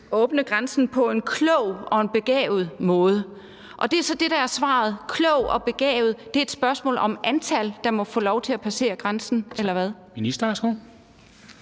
åbne grænsen på en klog og en begavet måde. Og det er så det, der er svaret – en klog og begavet måde er altså et spørgsmål om det antal, der må få lov til at passere grænsen, eller hvad?